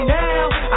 now